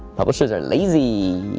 publishers are lazy.